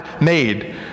made